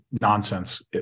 nonsense